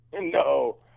No